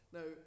Now